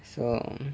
so